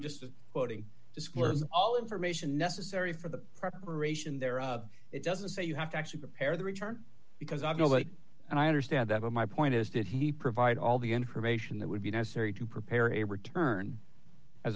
just quoting disclose all information necessary for the preparation there or it doesn't say you have to actually prepare the return because i know it and i understand that but my point is did he provide all the information that would be necessary to prepare a return as